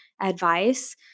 advice